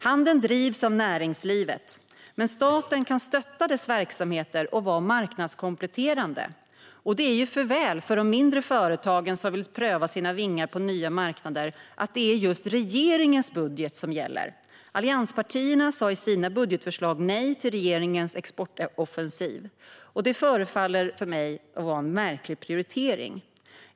Handeln drivs av näringslivet, men staten kan stötta dess verksamhet och vara marknadskompletterande. Det är ju för väl för de mindre företagen som vill pröva sina vingar på nya marknader att det är just regeringens budget som gäller. Allianspartierna sa i sina budgetförslag nej till regeringens exportoffensiv. För mig förefaller det att vara en märklig prioritering.